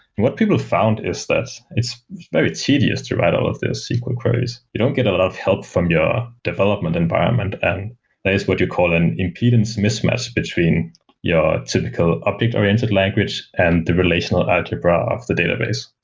what people found is that it's very tedious to write all of these sql queries. you don't get a lot of help from your development environment, and there is what you call an impedance mismatch between your typical object-oriented language and the relationship algebra of the database.